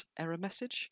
errormessage